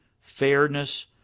fairness